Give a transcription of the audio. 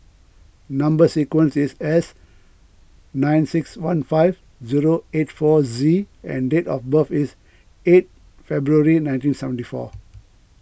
Number Sequence is S nine six one five zero eight four Z and date of birth is eight February nineteen seventy four